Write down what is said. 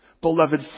Beloved